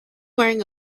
wearing